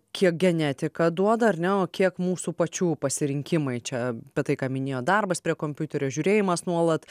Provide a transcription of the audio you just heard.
kiek genetika duoda ar ne o kiek mūsų pačių pasirinkimai čia apie tai ką minėjo darbas prie kompiuterio žiūrėjimas nuolat